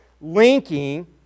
linking